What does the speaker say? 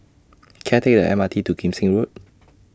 Can I Take The M R T to Kim Seng Road